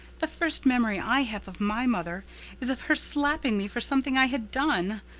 the first memory i have of my mother is of her slapping me for something i had done.